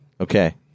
Okay